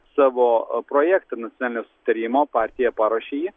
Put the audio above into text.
savo projektą nacionalinio susitarimo partija paruošė jį